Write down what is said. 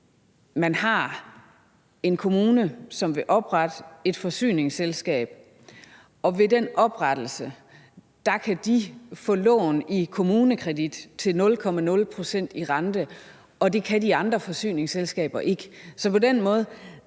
man har en kommune, som vil oprette et forsyningsselskab, og ved den oprettelse kan de få lån i KommuneKredit til 0,0 pct. i rente, men det kan de andre forsyningsselskaber ikke.